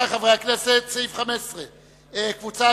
אני קובע